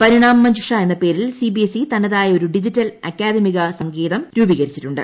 പരിണാം മഞ്ജുഷ എന്ന പേരിൽ സിബിഎസ്ഇ തനതായ ഒരു ഡിജിറ്റൽ അക്കാദമിക സങ്കേതം രൂപീകരിച്ചിട്ടുണ്ട്